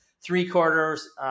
three-quarters